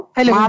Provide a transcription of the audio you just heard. Hello